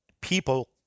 people